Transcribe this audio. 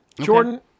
Jordan